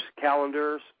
calendars